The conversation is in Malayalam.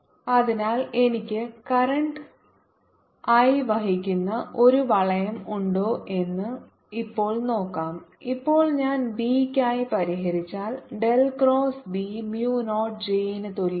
അതിനാൽ എനിക്ക് കറന്റ് I വഹിക്കുന്ന ഒരു വളയo ഉണ്ടോ എന്ന് ഇപ്പോൾ നോക്കാം ഇപ്പോൾ ഞാൻ B യ്ക്കായി പരിഹരിച്ചാൽ del cross B mu naught J ന് തുല്യമാണ്